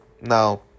now